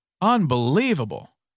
Unbelievable